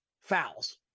fouls